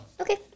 Okay